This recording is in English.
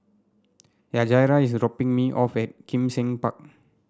Yajaira is dropping me off at Kim Seng Park